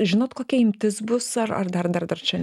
žinot kokia imtis bus ar ar dar dar dar čia